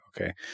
okay